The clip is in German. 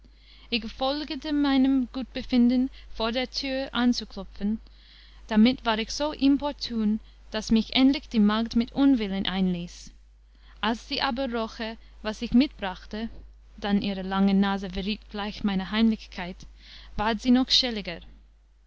ich folgete meinem gutbefinden vor der tür anzuklopfen damit war ich so importun daß mich endlich die magd mit unwillen einließ als sie aber roche was ich mitbrachte dann ihre lange nase verriet gleich meine heimlichkeit ward sie noch